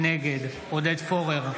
נגד עודד פורר,